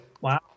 wow